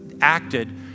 acted